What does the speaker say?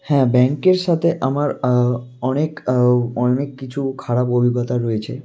হ্যাঁ ব্যাংকের সাথে আমার অনেক অনেক কিছু খারাপ অভিজ্ঞতা রয়েছে